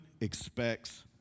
expects